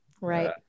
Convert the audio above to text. Right